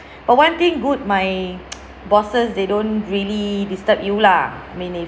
oh one thing good my bosses they don't really disturb you lah I mean if